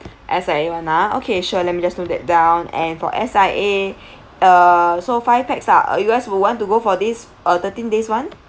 S_I_A [one] ah okay sure let me just note that down and for S_I_A uh so five pax ah uh you guys will want to go for this uh thirteen days [one]